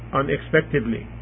unexpectedly